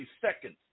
seconds